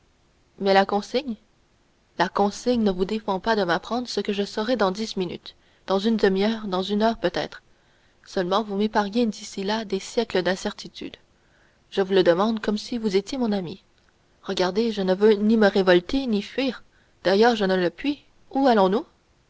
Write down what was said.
mais la consigne la consigne ne vous défend pas de m'apprendre ce que je saurai dans dix minutes dans une demi heure dans une heure peut-être seulement vous m'épargnez d'ici là des siècles d'incertitude je vous le demande comme si vous étiez mon ami regardez je ne veux ni me révolter ni fuir d'ailleurs je ne le puis